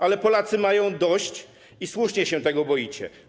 Ale Polacy mają dość i słusznie się tego boicie.